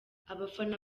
abafana